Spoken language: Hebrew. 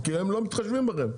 כי הם לא מתחשבים בכם.